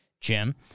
Jim